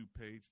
page